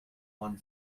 one